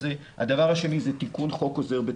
הדבר השני זה תיקון חוק עוזר בטיחות.